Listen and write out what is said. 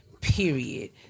period